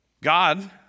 God